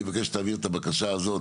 אני מבקש שתעביר את הבקשה הזאת,